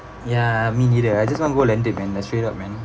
ya me neither I just want go landed man then straight up man